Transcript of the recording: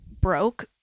broke